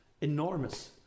enormous